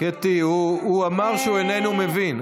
קטי, הוא אמר שהוא איננו מבין.